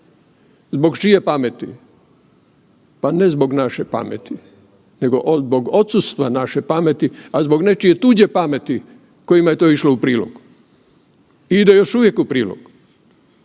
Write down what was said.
Zbog čije pameti? Pa ne zbog naše pameti nego zbog odsustva naše pameti, a zbog nečije tuđe pameti kojima je to išlo u prilog i ide još uvijek u prilog.